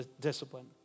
discipline